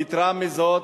יתירה מזאת,